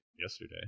yesterday